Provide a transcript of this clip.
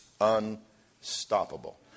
unstoppable